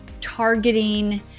targeting